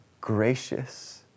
gracious